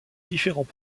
différents